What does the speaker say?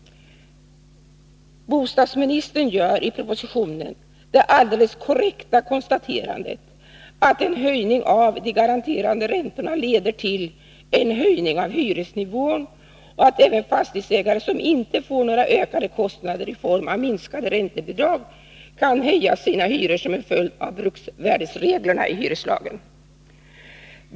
Bostadsministern gör i propositionen det alldeles korrekta konstaterandet att en höjning av de garanterade räntorna leder till en höjning av hyresnivån och att även fastighetsägare som inte får några ökade kostnader i form av minskade räntebidrag kan höja sina hyror som en följd av bruksvärdesreglerna i hyreslagen.